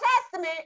Testament